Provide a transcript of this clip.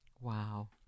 Wow